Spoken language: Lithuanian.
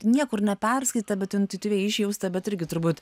niekur neperskaityta bet intuityviai išjausta bet irgi turbūt